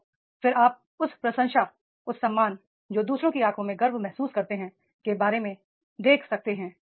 और फिर आप उस प्रशंसा उस सम्मान जो दू सरों की आंखों में गर्व महसूस करते हैं के बारे में देख सकते हैं